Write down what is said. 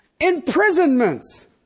imprisonments